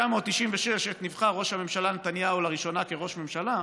עת נבחר ראש הממשלה נתניהו לראשונה לראש ממשלה,